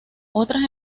otras